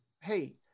Hey